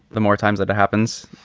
the more times that it happens,